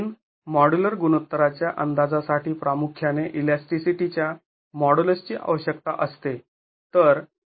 n modular गुणोत्तराच्या अंदाजासाठी प्रामुख्याने इलॅस्टीसीटी च्या मॉड्यूलस ची आवश्यकता असते